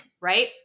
right